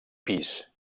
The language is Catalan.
pis